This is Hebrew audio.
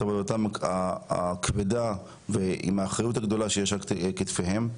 עבודתם הכבדה עם האחריות הכבדה שיש על כתפיהם.